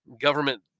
government